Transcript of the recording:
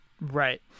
Right